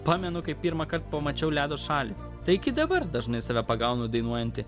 pamenu kai pirmąkart pamačiau ledo šalį tai iki dabar dažnai save pagaunu dainuojantį